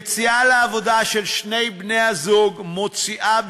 יציאה לעבודה של שני בני-הזוג מוציאה,